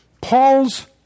Paul's